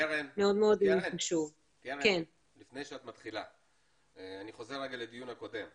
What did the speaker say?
קרן, לפני שאת מתחילה, אני חוזר רגע לדיון הקודם.